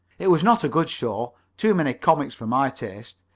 it was not a good show too many comics for my taste,